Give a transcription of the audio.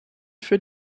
für